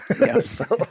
Yes